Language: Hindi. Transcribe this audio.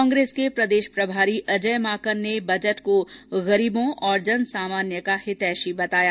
कांग्रेस के प्रदेश प्रभारी अजय माकन ने बजट को गरीबों और जनसामान्य का हितैषी बताया